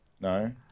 no